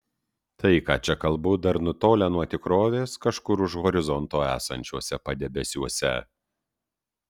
tai ką čia kalbu dar nutolę nuo tikrovės kažkur už horizonto esančiuose padebesiuose